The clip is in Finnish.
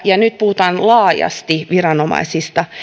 ja nyt puhutaan laajasti viranomaisista